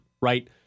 right